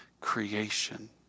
creation